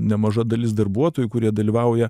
nemaža dalis darbuotojų kurie dalyvauja